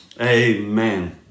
Amen